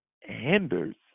hinders